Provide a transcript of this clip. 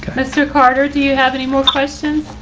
mr. carter, do you have any more questions?